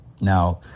now